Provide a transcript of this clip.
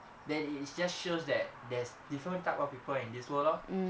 then it it just shows that there's different type of people in this world lor